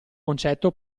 concetto